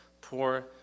poor